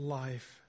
life